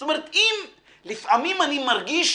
זאת אומרת, לפעמים אני מרגיש